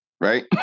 right